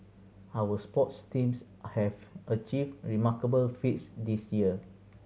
our sports teams have achieved remarkable feats this year